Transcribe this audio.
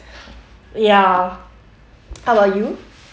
ya how about you